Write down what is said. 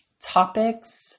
topics